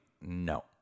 no